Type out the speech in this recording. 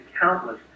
countless